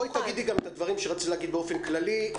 תגידי גם את הדברים שרצית להגיד באופן כללי,